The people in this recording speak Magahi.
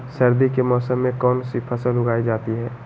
सर्दी के मौसम में कौन सी फसल उगाई जाती है?